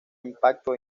impacto